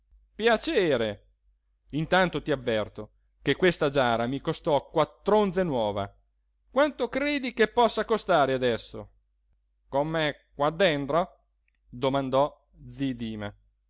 piacere intanto ti avverto che questa giara mi costò quattr'onze nuova quanto credi che possa costare adesso come me qua dentro domandò zi dima